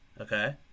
okay